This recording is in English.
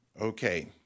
Okay